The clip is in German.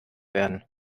werden